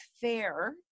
fair